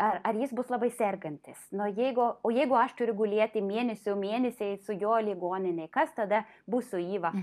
ar ar jis bus labai sergantis nu jeigu o jeigu aš turiu gulėti mėnesių mėnesiais juo ligoninėj kas tada bus su iva